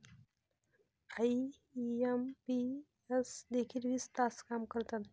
IMPS देखील वीस तास काम करतात?